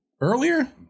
earlier